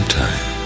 time